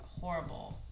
horrible